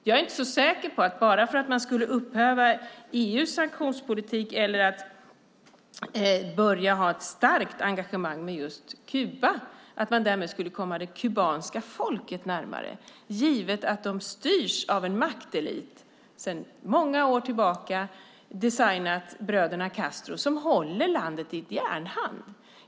Jag är inte så säker på att bara för att man skulle upphäva EU:s sanktionspolitik eller att börja ha ett starkt engagemang med just Kuba skulle komma det kubanska folket närmare, givet att de styrs av en maktelit designad bröderna Castro sedan många år tillbaka som håller landet i ett järngrepp.